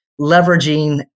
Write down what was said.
leveraging